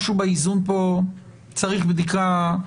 משהו באיזון כאן צריך בדיקה.